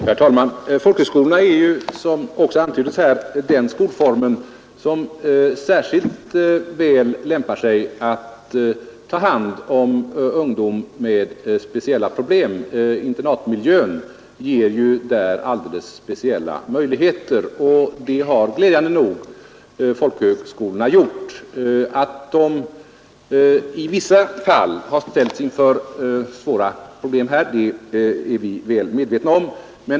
Herr talman! Folkhögskolorna är, såsom också här antyddes. den skolform som särskilt väl lämpar sig att ta hand om ungdom med speciella problem. Internatmiljön ger där särskilda möjligheter. Glädjande nog har folkhögskolorna också kunnat göra detta. Att de i vissa tall ställts inför svara problem är vi väl medvetna om.